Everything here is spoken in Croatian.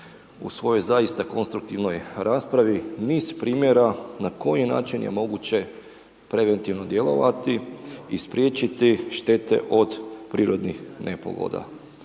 u svojoj zaista konstruktivnoj raspravi niz primjera na koji način je moguće preventivno djelovati i spriječiti štete od prirodnih nepogoda.